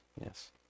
yes